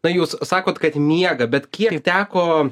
na jūs sakot kad miega bet kiek teko